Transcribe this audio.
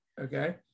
okay